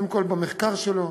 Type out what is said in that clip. קודם כול במחקר שלו,